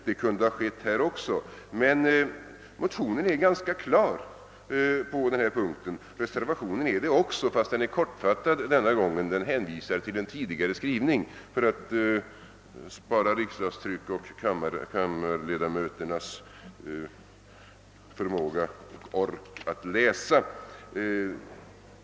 Det kunde ha skett här också, men motionen är ganska klar på denna punkt. Reservationen är det också, trots att den denna gång är kortfattad; den hänvisar till en tidigare skrivning för att spara riksdagstryck och kammarledamöternas tålamod.